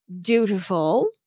Dutiful